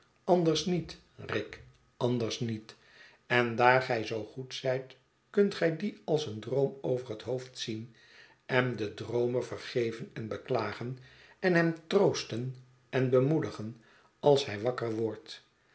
anders niet rick anders niet en daar gij zoo goed zijt kunt gij dien als een droom over het hoofd zien en den droomer vergeven en beklagen en hem troosten en bemoedigen als hij wakker wordt